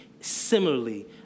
similarly